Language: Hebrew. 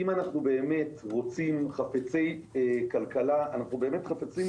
אם אנחנו באמת חפצי כלכלה, אנחנו באמת חפצים